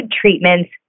treatments